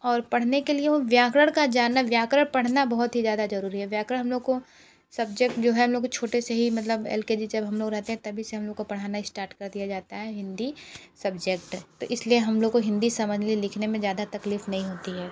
और पढ़ने के लिए वो व्याकरण का जानना व्याकरण पढ़ना बहुत ही ज़्यादा ज़रूरी है व्याकरण हम लोग को सब्जेक्ट जो है हम लोग छोटे से ही मतलब एल केजी जब हम लोग रहते हैं तभी से हम लोगों को पढ़ाना इश्टार्ट कर दिया जाता है हिंदी सब्जेक्ट तो इसलिए हम लोग को हिंदी समझ में लिखने में ज़्यादा तकलीफ़ नहीं होती है